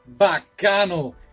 Bacano